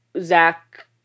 Zach